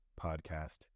Podcast